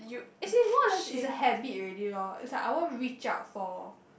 actually more or less it's a habit already lor it's like I won't reach out for